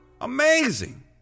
Amazing